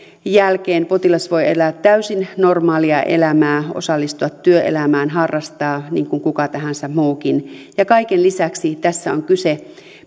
jälkeen potilas voi elää täysin normaalia elämää osallistua työelämään harrastaa niin kuin kuka tahansa muukin ja kaiken lisäksi tässä paitsi on kyse